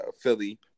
Philly